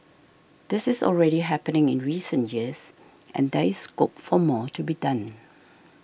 this is already happening in recent years and there is scope for more to be done